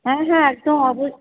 হ্যাঁ হ্যাঁ একদম অবশ্য